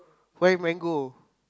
why mango